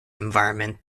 environment